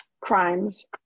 crimes